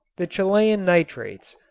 the chilean nitrates,